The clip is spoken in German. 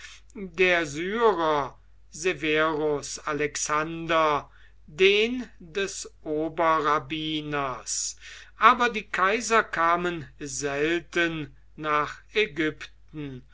der syrer severus alexander den des oberrabbiners aber die kaiser kamen selten nach ägypten